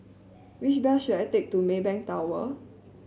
which bus should I take to Maybank Tower